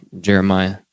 Jeremiah